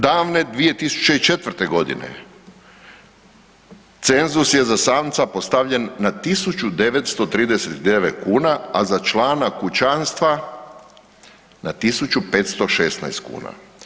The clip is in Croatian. Davne 2004. godine cenzus je za samca postavljen na 1939 kuna, a za člana kućanstva na 1516 kuna.